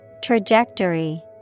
Trajectory